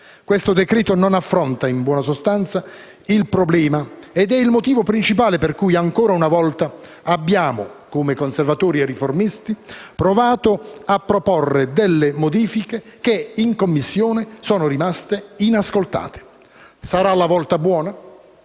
Questo decreto-legge non affronta, in buona sostanza, il problema, ed è il motivo principale per cui, ancora una volta, abbiamo, come Conservatori e Riformisti, provato a proporre delle modifiche che in Commissione sono rimaste inascoltate. Sarà la volta buona?